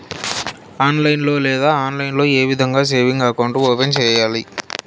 online లో లేదా offline లో ఏ విధంగా సేవింగ్ అకౌంట్ ఓపెన్ సేయాలి